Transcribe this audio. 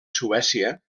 suècia